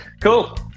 Cool